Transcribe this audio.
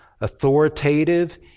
authoritative